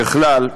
ככלל,